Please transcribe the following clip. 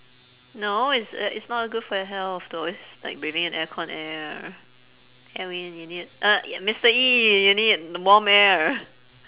no it's uh it's not good for your health though it's like breathing in air con air edwin you need uh mister E you need warm air